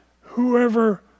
whoever